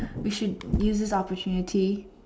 we should use this opportunity